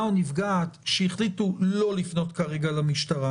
או נפגעת שהחליטו לא לפנות כרגע למשטרה